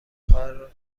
کار